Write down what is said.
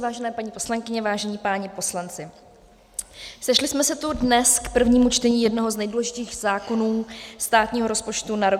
Vážené paní poslankyně, vážení páni poslanci, sešli jsme se tu dnes k prvnímu čtení jednoho z nejdůležitějších zákonů státního rozpočtu na rok 2020.